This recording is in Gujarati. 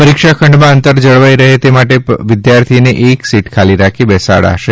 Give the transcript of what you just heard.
પરીક્ષા ખંડમાં અંતર જળવાય તે માટે વિદ્યાર્થીઓને એક સીટ ખાલી રાખી બેસાડાશે